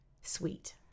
sweet